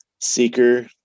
Seeker